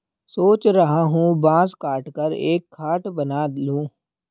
सोच रहा हूं बांस काटकर एक खाट बना लूं